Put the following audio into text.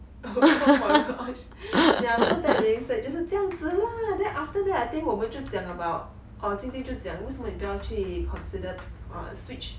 oh oh my gosh ya lah so that being said 就是这样子 lah then after that 我们就讲 about jing jing 就讲为什么你不要去 consider um switch